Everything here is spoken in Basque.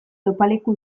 topaleku